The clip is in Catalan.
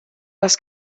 les